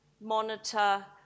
monitor